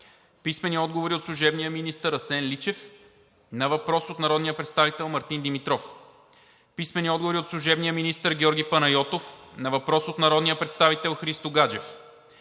Христо Гаджев; - служебния министър Асен Личев на въпрос от народния представител Мартин Димитров; - служебния министър Георги Панайотов на въпрос от народния представител Христо Гаджев;